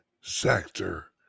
sector